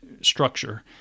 structure